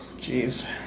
jeez